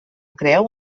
creu